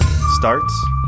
starts